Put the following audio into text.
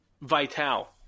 Vital